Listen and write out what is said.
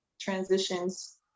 transitions